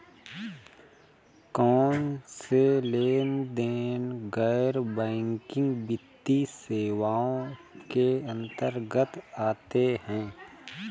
कौनसे लेनदेन गैर बैंकिंग वित्तीय सेवाओं के अंतर्गत आते हैं?